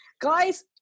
guys